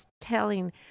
telling